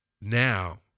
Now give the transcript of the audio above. now